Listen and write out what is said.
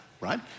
right